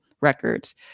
records